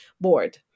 board